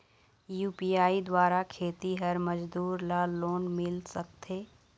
UPI द्वारा खेतीहर मजदूर ला लोन मिल सकथे?